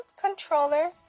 controller